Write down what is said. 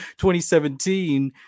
2017